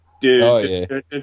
Dude